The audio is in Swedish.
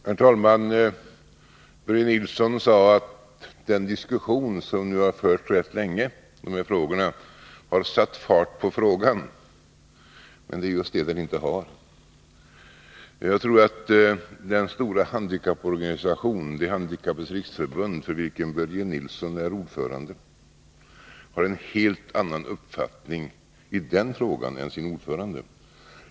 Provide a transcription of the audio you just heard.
Herr talman! Börje Nilsson sade att den diskussion som nu har förts rätt länge har satt fart på frågan. Men det är just det den inte har gjort. Jag tror att den stora handikapporganisation, De handikappades riksförbund, för vilken Börje Nilsson är ordförande har en helt annan uppfattning i den frågan än sin ordförande.